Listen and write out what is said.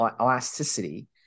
elasticity